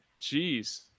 jeez